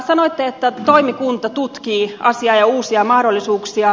sanoitte että toimikunta tutkii asiaa ja uusia mahdollisuuksia